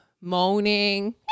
moaning